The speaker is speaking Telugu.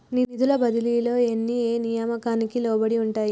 నిధుల బదిలీలు అన్ని ఏ నియామకానికి లోబడి ఉంటాయి?